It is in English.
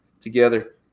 together